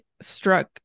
struck